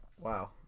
Wow